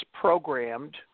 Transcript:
programmed